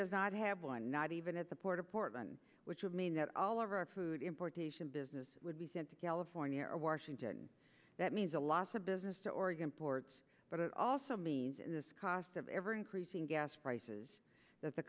does not have one not even at the port of portland which would mean that all of our food importation business would be sent to california or washington that means a lot of business to oregon ports but it also means in this cost of ever increasing gas prices that the